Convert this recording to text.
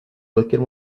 cualquier